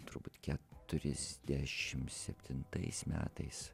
turbūt keturiasdešimt septintais metais